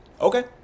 Okay